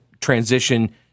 transition